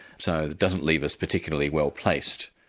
so it doesn't leave us particularly well placed.